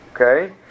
okay